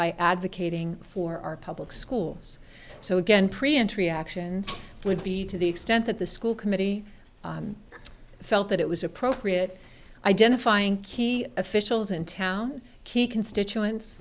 by advocating for our public schools so again pre entry actions would be to the extent that the school committee felt that it was appropriate identifying key officials and town key constituen